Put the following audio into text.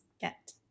get